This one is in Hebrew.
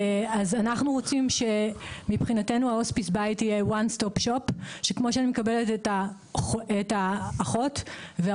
אנחנו רוצים שכמו שאני מקבלת את האחות ואת